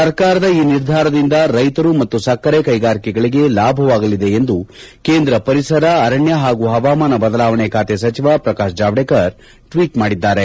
ಸರ್ಕಾರದ ಈ ನಿರ್ಧಾರದಿಂದ ರೈತರು ಮತ್ತು ಸಕ್ಕರೆ ಕೈಗಾರಿಕೆಗಳಿಗೆ ಲಾಭವಾಗಲಿದೆ ಎಂದು ಕೇಂದ್ರ ಪರಿಸರ ಅರಣ್ಯ ಹಾಗು ಹವಾಮಾನ ಬದಲಾವಣೆ ಖಾತೆ ಸಚಿವ ಪ್ರಕಾಶ್ ಜಾವಡೇಕರ್ ಟ್ವೀಟ್ ಮಾಡಿದ್ದಾರೆ